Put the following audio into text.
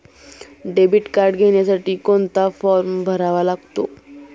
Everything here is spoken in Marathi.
डेबिट कार्ड घेण्यासाठी कोणता फॉर्म भरावा लागतो?